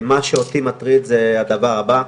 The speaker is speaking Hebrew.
מה שאותי מטריד זה הדבר הבא: